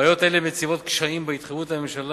בעיות אלה מציבות קשיים בהתחייבות הממשלה